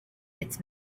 its